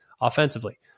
offensively